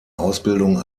ausbildung